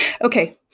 Okay